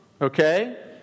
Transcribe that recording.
Okay